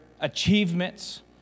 achievements